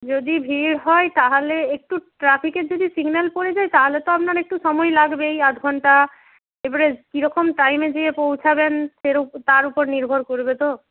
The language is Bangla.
যদি ভিড় হয় তাহলে একটু ট্রাফিকের যদি সিগন্যাল পড়ে যায় তাহলে তো আপনার একটু সময় লাগবেই আদ ঘন্টা এপরে কীরকম টাইমে যেয়ে পৌঁছাবেন তার উপর তার উপর নির্ভর করবে তো